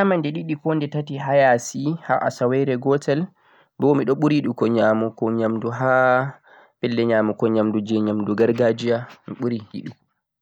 Miɗon nyama nde ɗiɗi koh nde tati ha asawere, bo miɗon ɓuri yiɗugo nyamdu gargajiya